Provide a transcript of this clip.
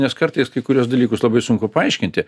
nes kartais kai kuriuos dalykus labai sunku paaiškinti